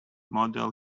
model